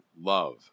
love